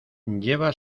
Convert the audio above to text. lleva